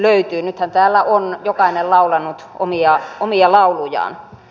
nythän täällä on jokainen laulanut omia laulujaan